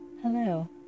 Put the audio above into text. Hello